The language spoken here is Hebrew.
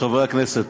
הכנסת,